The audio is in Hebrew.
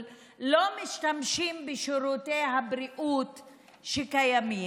לא משתמשים בשירותי הבריאות שקיימים,